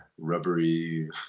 rubbery